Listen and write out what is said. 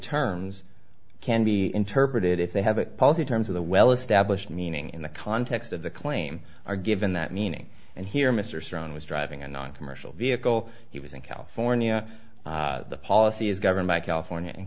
terms can be interpreted if they have a pulse in terms of the well established meaning in the context of the claim or given that meaning and here mr stone was driving a non commercial vehicle he was in california the policy is governed by california and